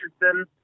Richardson